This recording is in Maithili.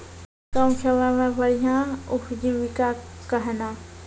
कम समय मे बढ़िया उपजीविका कहना?